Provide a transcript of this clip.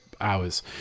Hours